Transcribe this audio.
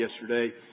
yesterday